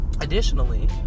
Additionally